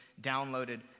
downloaded